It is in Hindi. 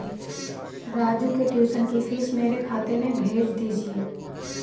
राजू के ट्यूशन की फीस मेरे खाते में भेज दीजिए